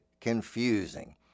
confusing